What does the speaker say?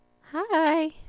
Hi